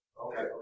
Okay